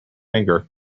anger